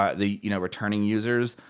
um the you know returning users.